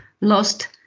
lost